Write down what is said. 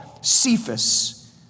Cephas